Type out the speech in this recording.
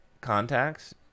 contacts